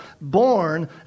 born